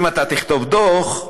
אם אתה תכתוב דוח,